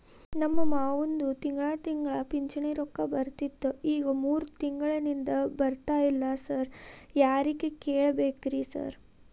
ನಮ್ ಮಾವಂದು ತಿಂಗಳಾ ತಿಂಗಳಾ ಪಿಂಚಿಣಿ ರೊಕ್ಕ ಬರ್ತಿತ್ರಿ ಈಗ ಮೂರ್ ತಿಂಗ್ಳನಿಂದ ಬರ್ತಾ ಇಲ್ಲ ಸಾರ್ ಯಾರಿಗ್ ಕೇಳ್ಬೇಕ್ರಿ ಸಾರ್?